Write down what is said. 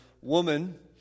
Woman